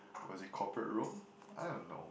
was it corporate Rome I don't know